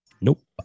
Nope